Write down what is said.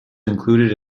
included